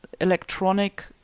electronic